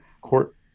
Court